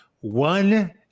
one